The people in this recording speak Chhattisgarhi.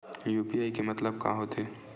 यू.पी.आई के मतलब का होथे?